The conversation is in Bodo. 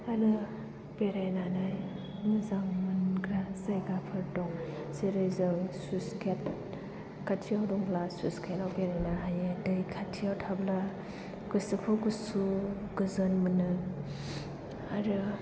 आरो बेरायनानै मोजां मोनग्रा जायगाफोर दं जेरै जों सुइत्स गेट खाथियाव दंब्ला सुइत्स गेट आव बेरायनो हायो दै खाथियाव थाब्ला गोसोखौ गुसु गोजोन मोनो आरो